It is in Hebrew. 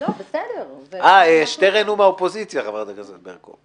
שטרן הוא מהאופוזיציה, חברת הכנסת ברקו.